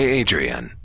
adrian